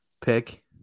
pick